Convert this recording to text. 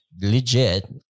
legit